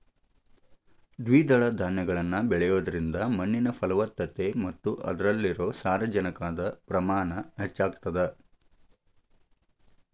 ದ್ವಿದಳ ಧಾನ್ಯಗಳನ್ನ ಬೆಳಿಯೋದ್ರಿಂದ ಮಣ್ಣಿನ ಫಲವತ್ತತೆ ಮತ್ತ ಅದ್ರಲ್ಲಿರೋ ಸಾರಜನಕದ ಪ್ರಮಾಣ ಹೆಚ್ಚಾಗತದ